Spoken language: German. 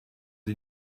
sie